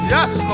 Yes